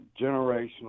generational